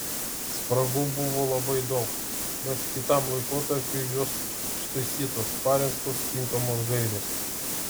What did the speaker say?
spragų buvo labai daug bet kitam laikotarpiui jos ištaisytos parengtos tinkamos gairės